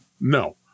No